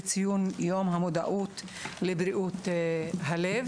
לציון יום המודעות לבריאות הלב.